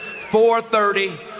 4:30